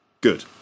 Good